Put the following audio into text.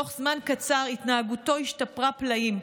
תוך זמן קצר התנהגותו השתפרה פלאים.